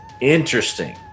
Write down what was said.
Interesting